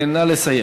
נא לסיים.